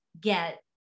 get